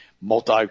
multi